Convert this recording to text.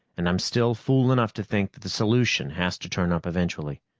and i'm still fool enough to think that the solution has to turn up eventually.